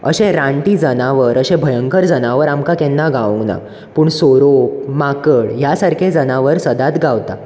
अशें राणटी जनावर अशें भयंकर जनावर आमकां केन्ना गावंक पूण सोरोप माकड ह्या सारके जनावर सदांच गावता